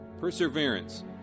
perseverance